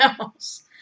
else